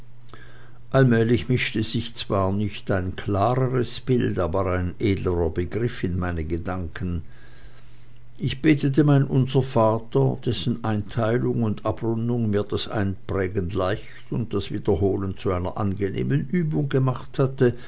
allmählich mischte sich zwar nicht ein klareres bild aber ein edlerer begriff in meine gedanken ich betete mein unservater dessen einteilung und abrundung mir das einprägen leicht und das wiederholen zu einer angenehmen übung gemacht hatte